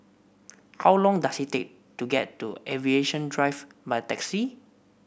how long does it take to get to Aviation Drive by taxi